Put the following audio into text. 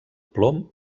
plom